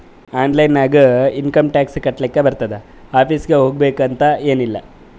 online ನಾಗು income tax ಕಟ್ಲಾಕ್ ಬರ್ತುದ್ ಆಫೀಸ್ಗ ಹೋಗ್ಬೇಕ್ ಅಂತ್ ಎನ್ ಇಲ್ಲ